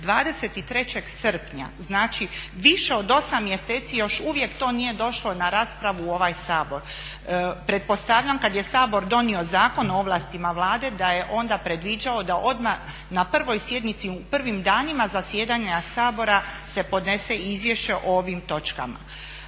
23. srpnja, znači više od 8 mjeseci još uvijek to nije došlo na raspravu u ovaj Sabor. Pretpostavljam kad je Sabor donio Zakon o ovlastima Vlade da je onda predviđao da odmah na prvoj sjednici u prvim danima zasjedanja Sabora se podnese izvješće o ovim točkama.